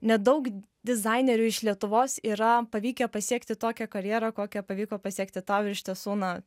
nedaug dizainerių iš lietuvos yra pavykę pasiekti tokią karjerą kokią pavyko pasiekti tau ir iš tiesų na